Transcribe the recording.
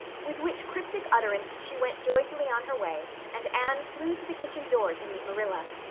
with which cryptic utterance she went joyfully on her way and anne flew to the kitchen door to meet marilla.